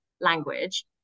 language